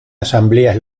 asambleas